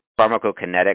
pharmacokinetic